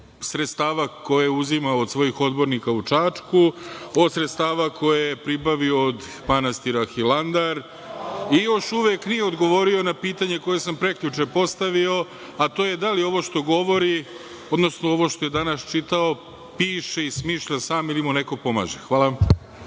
sredstava koja je uzimao od svojih odbornika u Čačku, od sredstava koja je pribavio od manastira Hilandar i još uvek nije odgovorio na pitanje koje sam prekjuče postavio, a to je – da li ovo što je danas čitao piše i smišlja sam ili mu neko pomaže? Hvala.